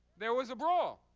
there was a brawl.